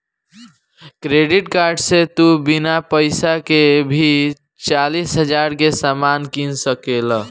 credit card से तू बिना पइसा के भी चालीस हज़ार के सामान किन सकेल